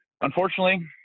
unfortunately